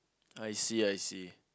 I see I see